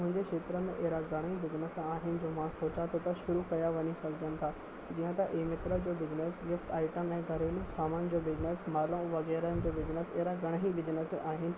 मुंहिंजे खेत्र में अहिड़ा घणेई बिजनिस आहिनि जो मां सोचां थो त शुरू कयां वञी सघजनि था जीअं त ई मित्र जो बिजनिस गिफ्ट आइटम ऐं घरेलू सामान जो बिजनिस मालाऊं वग़ैरह जो बिजनिस अहिड़ा घणई बिजनिस आहिनि